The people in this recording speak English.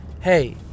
hey